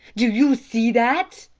do you see that?